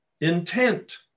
intent